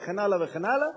וכן הלאה וכן הלאה.